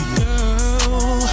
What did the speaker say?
girl